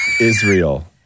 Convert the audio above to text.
Israel